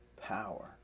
power